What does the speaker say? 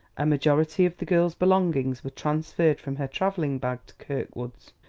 a majority of the girl's belongings were transferred from her traveling bag to kirkwood's,